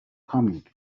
coming